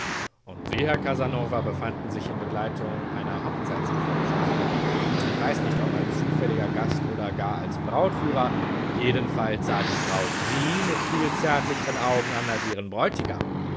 und sie herr casanova befanden sich in begleitung einer hochzeitsgesellschaft ich weiß nicht ob als zufälliger gast oder gar als brautführer jedenfalls sah die braut sie mit viel zärtlicheren augen an als den bräutigam